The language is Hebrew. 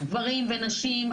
גברים ונשים,